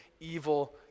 evil